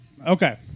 Okay